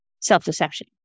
self-deception